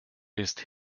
ist